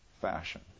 fashion